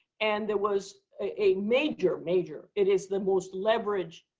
and there was a major, major it is the most leveraged